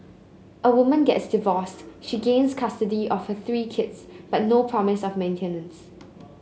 a woman gets divorced she gains custody of her three kids but no promise of maintenance